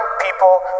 people